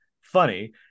funny